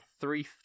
Three